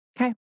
okay